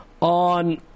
On